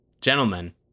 gentlemen